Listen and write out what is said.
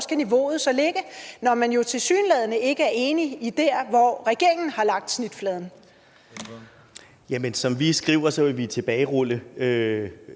hvor niveauet så skal ligge, når man tilsyneladende ikke er enig i, hvor regeringen har lagt snitfladen.